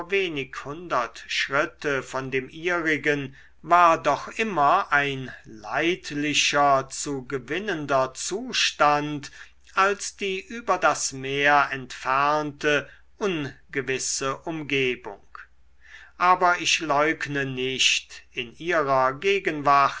wenig hundert schritte von dem ihrigen war doch immer ein leidlicher zu gewinnender zustand als die über das meer entfernte ungewisse umgebung aber ich leugne nicht in ihrer gegenwart